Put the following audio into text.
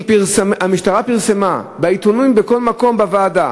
המשטרה פרסמה בעיתונים, בכל מקום, בוועדה,